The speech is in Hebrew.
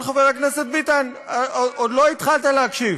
אבל חבר הכנסת ביטן, עוד לא התחלת להקשיב.